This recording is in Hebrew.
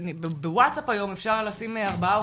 בווטסאפ היום אפשר לשים ארבעה,